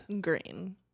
Green